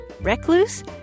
Recluse